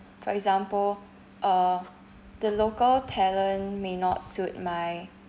for example uh the local talent may not suit my